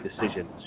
decisions